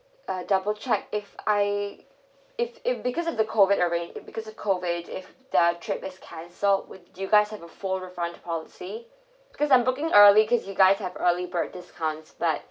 uh double check if I if if because of the COVID arrange if because of COVID if the trip is cancelled would you guys have a full refund policy because I'm booking early because you guys have early bird discounts but